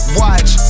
watch